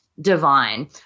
divine